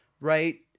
right